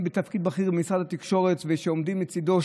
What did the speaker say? בתפקיד בכיר במשרד התקשורת ושעומדים לצידו,